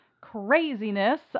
Craziness